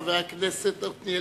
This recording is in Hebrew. חברת הכנסת שלי יחימוביץ.